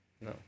No